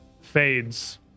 fades